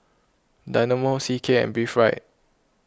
Dynamo C K and Breathe Right